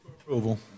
Approval